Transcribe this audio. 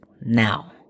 now